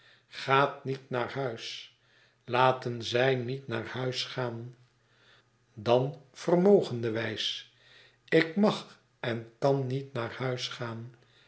gaat niet naar huis laten zij niet naar huis gaan dan vermogende wijs ik mag en kan niet naar huis gaan